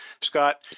Scott